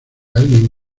alguien